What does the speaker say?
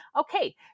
Okay